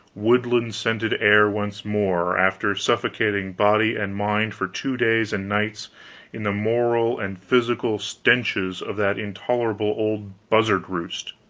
woodland-scented air once more, after suffocating body and mind for two days and nights in the moral and physical stenches of that intolerable old buzzard-roost!